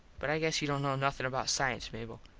but i guess you dont know nothin about cience, mable.